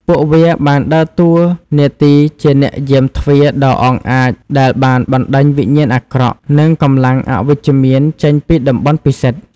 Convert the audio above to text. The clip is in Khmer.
ពួកវាបានដើរតួនាទីជាអ្នកយាមទ្វារដ៏អង់អាចដែលបានបណ្តេញវិញ្ញាណអាក្រក់ និងកម្លាំងអវិជ្ជមានចេញពីតំបន់ពិសិដ្ឋ។